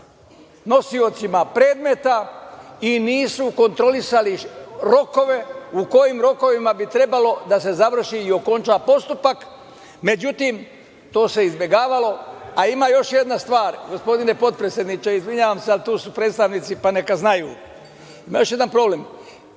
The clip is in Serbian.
nosiocima predmeta i nisu kontrolisali rokove, u kojim rokovima bi trebalo da se završi i okonča postupak. Međutim, to se izbegavalo. Ima još jedna stvar, gospodine potpredsedniče, izvinjavam se, ali tu su predstavnici, pa neka znaju. Primaju se nove